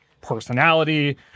personality